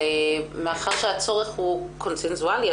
מאחר שהצורך הוא קונצנזואלי,